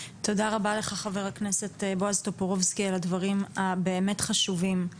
תודה רבה לך ח"כ בועז טופורובסקי על הדברים הבאמת חשובים.